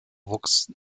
wuchs